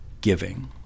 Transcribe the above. giving